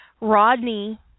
Rodney